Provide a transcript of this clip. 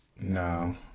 no